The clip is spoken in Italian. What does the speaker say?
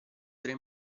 tre